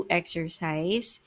exercise